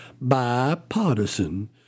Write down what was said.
bipartisan